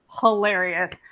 Hilarious